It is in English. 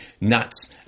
nuts